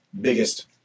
Biggest